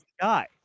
guy